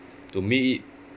to make it